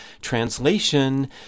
Translation